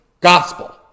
gospel